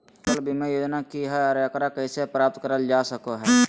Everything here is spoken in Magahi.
फसल बीमा योजना की हय आ एकरा कैसे प्राप्त करल जा सकों हय?